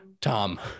Tom